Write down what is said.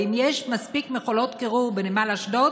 האם יש מספיק מכולות קירור בנמל אשדוד